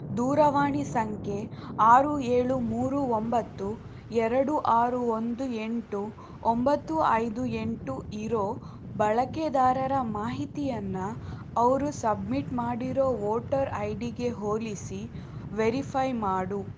ದೂರವಾಣಿ ಸಂಖ್ಯೆ ಆರು ಏಳು ಮೂರು ಒಂಬತ್ತು ಎರಡು ಆರು ಒಂದು ಎಂಟು ಒಂಬತ್ತು ಐದು ಎಂಟು ಇರೋ ಬಳಕೆದಾರರ ಮಾಹಿತಿಯನ್ನು ಅವರು ಸಬ್ಮಿಟ್ ಮಾಡಿರೋ ವೋಟರ್ ಐ ಡಿಗೆ ಹೋಲಿಸಿ ವೆರಿಫೈ ಮಾಡು